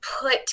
put